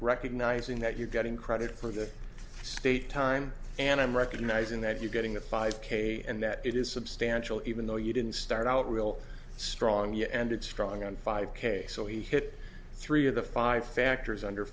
recognizing that you're getting credit for the state time and i'm recognizing that you're getting a five k and that it is substantial even though you didn't start out real strong you ended strong on five k so he hit three of the five factors under